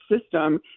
system